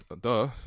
duh